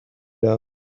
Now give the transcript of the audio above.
down